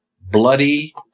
bloody